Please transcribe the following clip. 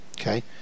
okay